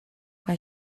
why